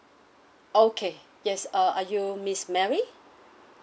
okay yes uh are you miss mary